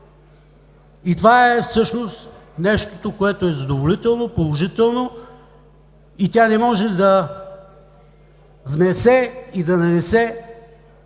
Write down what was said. и това всъщност е нещото, което е задоволително, положително и тя не може да внесе и да нанесе